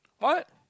what